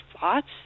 thoughts